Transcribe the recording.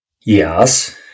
yes